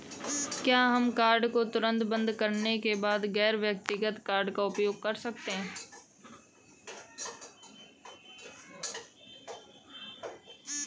क्या हम कार्ड को तुरंत बंद करने के बाद गैर व्यक्तिगत कार्ड का उपयोग कर सकते हैं?